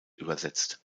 übersetzt